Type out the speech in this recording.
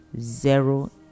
zero